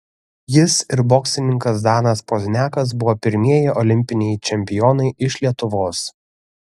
jis ir boksininkas danas pozniakas buvo pirmieji olimpiniai čempionai iš lietuvos